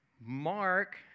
Mark